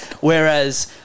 whereas